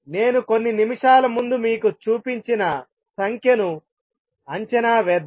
నేను కొన్ని నిమిషాలు ముందు మీకు చూపించిన సంఖ్యను లెక్కిద్దాం